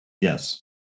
yes